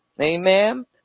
Amen